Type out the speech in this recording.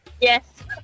Yes